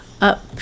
up